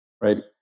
right